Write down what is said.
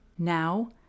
Now